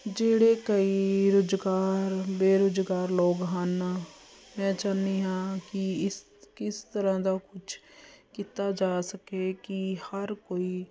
ਜਿਹੜੇ ਕਈ ਰੁਜ਼ਗਾਰ ਬੇਰੁਜ਼ਗਾਰ ਲੋਕ ਹਨ ਮੈਂ ਚਾਹੁੰਦੀ ਹਾਂ ਕਿ ਇਸ ਕਿਸ ਤਰ੍ਹਾਂ ਦਾ ਕੁਛ ਕੀਤਾ ਜਾ ਸਕੇ ਕਿ ਹਰ ਕੋਈ